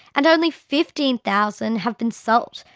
and only fifteen thousand have been sold,